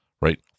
Right